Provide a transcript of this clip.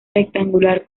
rectangular